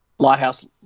Lighthouse